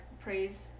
praise